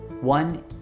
One